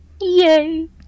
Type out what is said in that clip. Yay